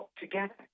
together